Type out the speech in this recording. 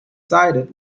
cited